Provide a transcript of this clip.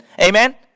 Amen